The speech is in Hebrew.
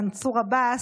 מנסור עבאס,